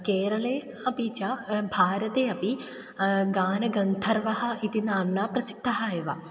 केरले अपि च भारते अपि गानगन्धर्वः इति नाम्ना प्रसिद्धः एव